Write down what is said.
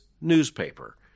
newspaper